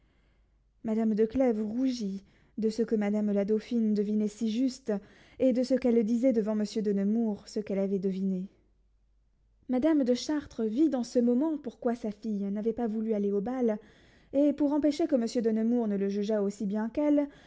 madame de clèves rougit de ce que madame la dauphine devinait si juste et de ce qu'elle disait devant monsieur de nemours ce qu'elle avait deviné madame de chartres vit dans ce moment pourquoi sa fille n'avait pas voulu aller au bal et pour empêcher que monsieur de nemours ne le jugeât aussi bien qu'elle